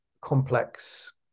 complex